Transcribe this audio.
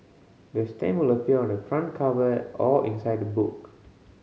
the stamp will appear on the front cover or inside the book